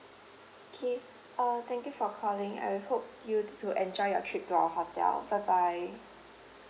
okay uh thank you for calling I hope you do enjoy your trip to our hotel bye bye